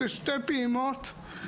בשתי פעימות.